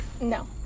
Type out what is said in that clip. No